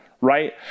Right